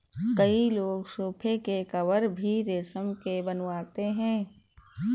कई लोग सोफ़े के कवर भी रेशम के बनवाते हैं